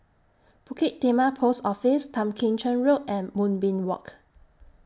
Bukit Timah Post Office Tan Kim Cheng Road and Moonbeam Walk